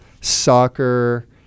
soccer